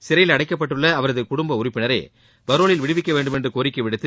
சிறையில் அடைக்கப்பட்டுள்ள அவரது குடுப்ப உறுப்பினரை பரோலில் விடுவிக்க வேண்டும் என்று கோரிக்கை விடுத்து